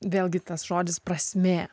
vėlgi tas žodis prasmė